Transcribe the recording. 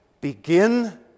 begin